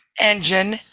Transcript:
engine